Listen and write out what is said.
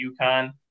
UConn